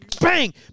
bang